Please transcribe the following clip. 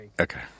Okay